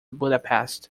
budapest